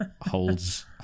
holds